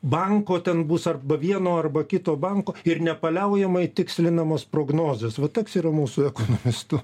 banko ten bus arba vieno arba kito banko ir nepaliaujamai tikslinamos prognozės va toks yra mūsų ekonomistų